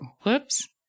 whoops